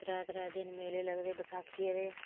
त्रै त्रै दिन मेले लगदे बसाखी दे